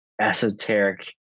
esoteric